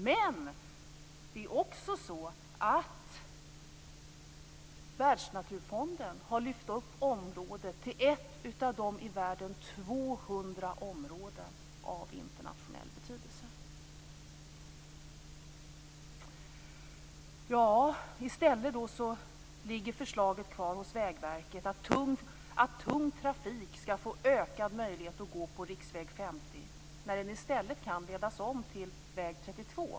Men det är också så att Världsnaturfonden har lyft upp området som ett av 200 områden i världen som har internationell betydelse. I stället ligger förslaget kvar hos Vägverket att tung trafik skall få ökad möjlighet att gå på riksväg 50 när den i stället kan den ledas om till väg 32.